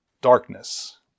Darkness